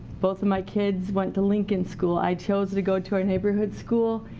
both of my kids went to lincoln school, i chose to go to our neighborhood school.